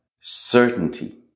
certainty